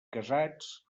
casats